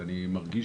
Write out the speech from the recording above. ואני מרגיש,